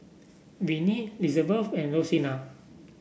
Vinie Lizabeth and Rosina